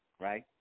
right